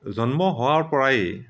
জন্ম হোৱাৰ পৰাই